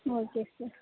okay sir